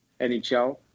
NHL